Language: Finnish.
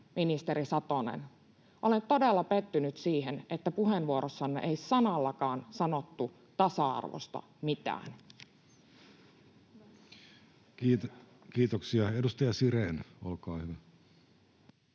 ministeri Satonen, olen todella pettynyt siihen, että puheenvuorossanne ei sanallakaan sanottu tasa-arvosta mitään. [Speech 259] Speaker: